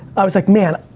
i was like, man.